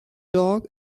dog